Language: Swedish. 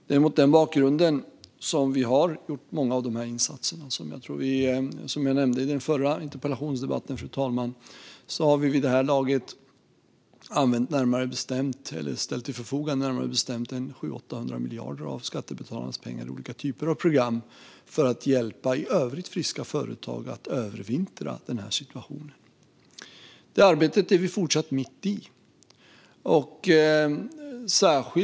Det är mot denna bakgrund som vi har gjort många av insatserna. Som jag nämnde i den förra interpellationsdebatten, fru talman, har vi vid det här laget ställt 700-800 miljarder av skattebetalarnas pengar till förfogande i olika program för att hjälpa i övrigt friska företag att övervintra situationen. Vi befinner oss även fortsättningsvis mitt i detta arbete.